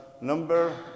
number